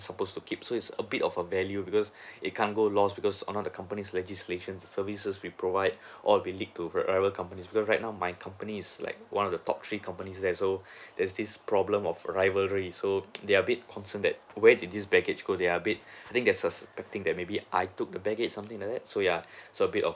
suppose to keep so it's a bit of a value because it can't go lost because on our company's legislation services we provide all will lead to rival company because right now my company is like one of the top three companies there so there's this problem of rivalry so they are a bit concern that where did this baggage go they are a bit I think there's a I think that maybe I took the baggage something like that so ya so a bit of